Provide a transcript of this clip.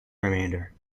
remainder